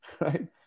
right